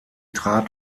trat